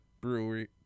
brewery